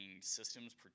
systems